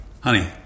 Honey